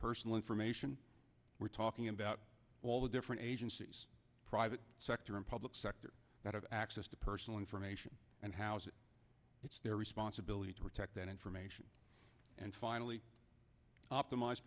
personal information we're talking about all the different agencies private sector and public sector that have access to personal information and how is it it's their responsibility to protect that information and finally optimize